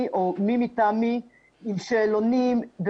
אני או מי מטעמי עם שאלונים.